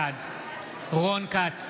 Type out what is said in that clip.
בעד רון כץ,